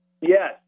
Yes